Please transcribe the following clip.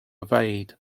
evade